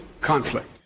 conflict